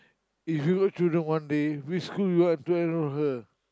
if you were to have children one day which school would you want to enroll her